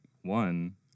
One